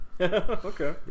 Okay